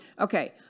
Okay